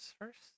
first